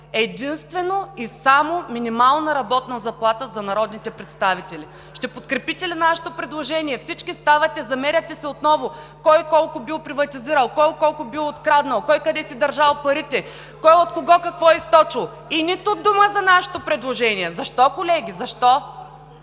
единствено и само минимална работна заплата за народните представители, ще подкрепите ли нашето предложение? Всички ставате, замеряте се отново кой колко бил приватизирал, кой колко бил откраднал, кой къде си държал парите, кой от кого какво е източил и нито дума за нашето предложение?! Защо, колеги, защо?